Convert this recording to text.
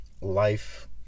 life